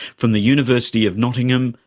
from the university of nottingham,